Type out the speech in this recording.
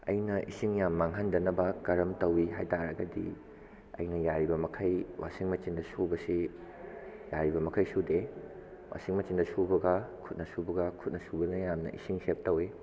ꯑꯩꯅ ꯏꯁꯤꯡ ꯌꯥꯝ ꯃꯥꯡꯍꯟꯗꯕꯕ ꯀꯔꯝ ꯇꯧꯋꯤ ꯍꯥꯏꯇꯔꯒꯗꯤ ꯑꯩꯅ ꯌꯥꯔꯤꯕ ꯃꯈꯩ ꯋꯥꯁꯤꯡ ꯃꯁꯤꯟꯗ ꯁꯨꯕꯁꯦ ꯌꯥꯔꯤꯕ ꯃꯈꯩ ꯁꯨꯗꯦ ꯋꯥꯁꯤꯡ ꯃꯆꯤꯟꯗ ꯁꯨꯕꯒ ꯈꯨꯠꯅ ꯁꯨꯕꯒ ꯈꯨꯠꯅ ꯁꯨꯕꯅ ꯌꯥꯝꯅ ꯏꯁꯤꯡ ꯁꯦꯚ ꯇꯧꯋꯤ